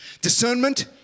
Discernment